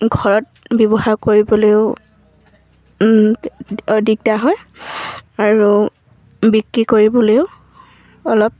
ঘৰত ব্যৱহাৰ কৰিবলৈয়ো অধিক দিগদাৰ হয় আৰু বিক্ৰী কৰিবলৈও অলপ